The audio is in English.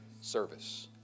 service